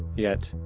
yet,